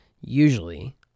Usually